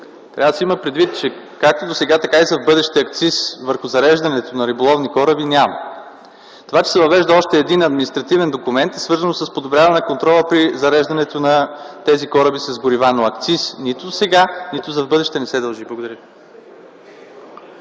трябва да се има предвид, че както досега, така и в бъдеще акциз върху зареждането на риболовни кораби няма. Това, че се въвежда още един административен документ, е свързано с подобряване на контрола при зареждането на тези кораби с горива, но акциз не се дължи - нито сега, нито в бъдеще. Благодаря.